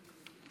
ה'.